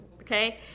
okay